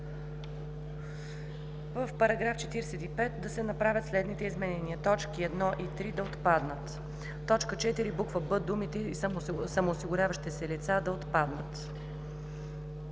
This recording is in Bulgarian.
В § 45 да се направят следните изменения: точки 1 и 3 да отпаднат. В т. 4, буква „б“ думите „самоосигуряващи се лица“ да отпаднат.